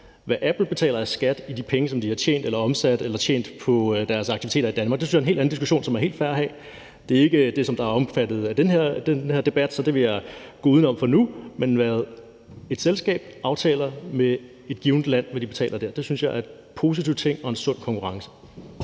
Hvad Apple betaler i skat af de penge, som de har tjent eller omsat for på deres aktiviteter i Danmark, synes jeg er en helt anden diskussion, som er helt fair at have. Det er ikke det, som er omfattet af den her debat, så det vil jeg gå uden om for nu. Men at et selskab aftaler med et givent land, hvad de betaler der, synes jeg er en positiv ting og en sund konkurrence.